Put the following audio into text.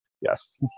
yes